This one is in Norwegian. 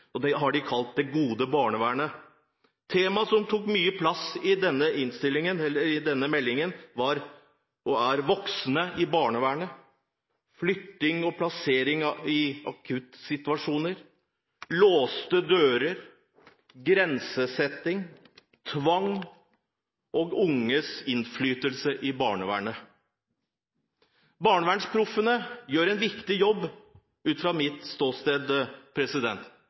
og den har de kalt Det gode barnevernet. Tema som tar mye plass i denne meldingen, er: voksne i barnevernet flytting og plassering i akuttsituasjoner låste dører grensesetting tvang unges innflytelse i barnevernet Barnevernsproffene gjør en viktig jobb ut fra mitt